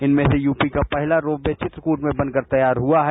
इनमें से यूपी का पहला रोपये वित्रकूट में बनकर तैयार हुआ है